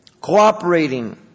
cooperating